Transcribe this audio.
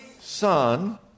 Son